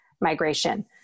migration